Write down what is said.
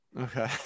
Okay